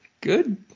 good